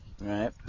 right